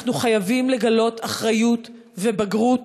אנחנו חייבים לגלות אחריות ובגרות,